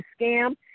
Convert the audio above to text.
scam